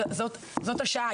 זאת השעה,